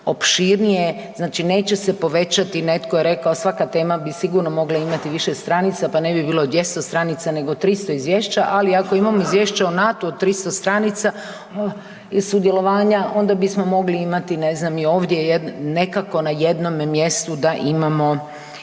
znači neće se povećati, netko je rekao svaka tema bi sigurno mogla imati više stranica, pa ne bi bilo 200 stranica nego 300 izvješća, ali ako imamo izvješće o NATO-u od 300 stranica sudjelovanja onda bismo mogli imati ne znam i ovdje nekako na jednome mjestu da imamo, imamo